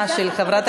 דווקא חברי,